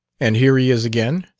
and here he is again?